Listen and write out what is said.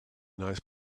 nice